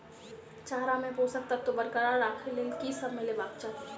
चारा मे पोसक तत्व बरकरार राखै लेल की सब मिलेबाक चाहि?